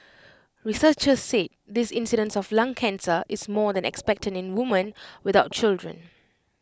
researchers said this incidence of lung cancer is more than expected in women without children